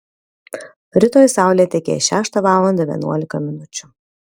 rytoj saulė tekės šeštą valandą vienuolika minučių